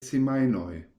semajnoj